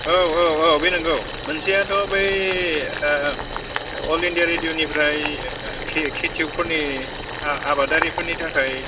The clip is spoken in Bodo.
औ औ औ बे नंगौ मोनसेयाथ' बै अल इण्डिया रेडिय'निफ्राय खेतिय'कफोरनि आबादारिफोरनि थाखाय